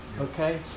okay